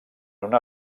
una